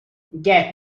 get